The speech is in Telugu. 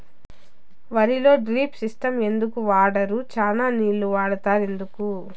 వరిలో డ్రిప్ సిస్టం ఎందుకు వాడరు? చానా నీళ్లు వాడుతారు ఎందుకు?